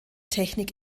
technik